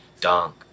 dunk